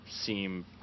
seem